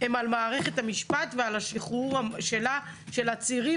הם על מערכת המשפט ועל השחרור שלה של עצירים